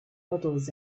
models